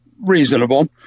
reasonable